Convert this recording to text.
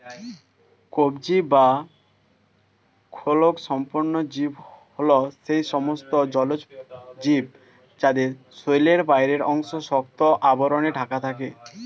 কবচী বা খোলকসম্পন্ন জীব হল সেই সমস্ত জলজ জীব যাদের শরীরের বাইরের অংশ শক্ত আবরণে ঢাকা থাকে